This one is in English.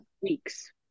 weeks